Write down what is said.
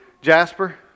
Jasper